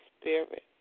spirit